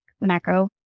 macro